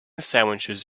sandwiches